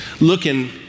looking